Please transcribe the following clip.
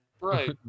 Right